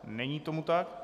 Není tomu tak.